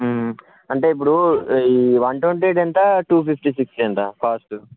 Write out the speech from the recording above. అంటే ఇప్పుడు ఈ వన్ ట్వంటీది ఎంత టూ ఫిఫ్టీ సిక్స్ది ఎంత కాస్టు